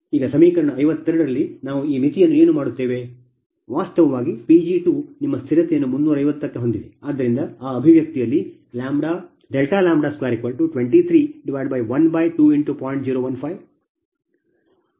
ಈಗ ಸಮೀಕರಣ 52 ರಲ್ಲಿ ನಾವು ಈ ಮಿತಿಯನ್ನು ಏನು ಮಾಡುತ್ತೇವೆ